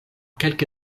kelke